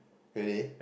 ready